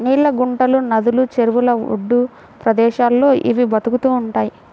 నీళ్ళ గుంటలు, నదులు, చెరువుల ఒడ్డు ప్రదేశాల్లో ఇవి బతుకుతూ ఉంటయ్